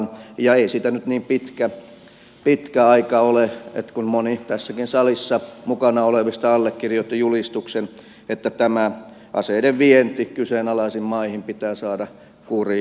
ei siitä nyt niin pitkä aika ole kun moni tässäkin salissa mukana olevista allekirjoitti julistuksen että tämä aseiden vienti kyseenalaisiin maihin pitää saada kuriin